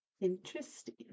interesting